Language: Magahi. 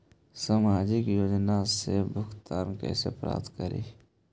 सामाजिक योजना से भुगतान कैसे प्राप्त करी?